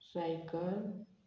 cycle